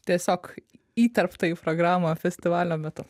tiesiog įterpta į programą festivalio metu